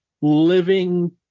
living